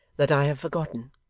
that i have forgotten